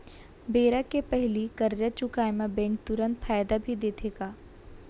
बेरा के पहिली करजा चुकोय म बैंक तुरंत फायदा भी देथे का?